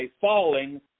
falling